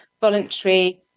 Voluntary